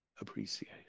appreciate